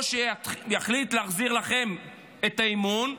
או שיחליט להחזיר לכם את האמון,